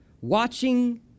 Watching